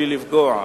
בלי לפגוע,